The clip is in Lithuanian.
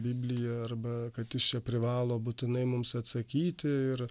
bibliją arba kad jis čia privalo būtinai mums atsakyti ir